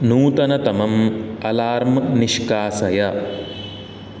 नूतनतमम् alarm निष्कासय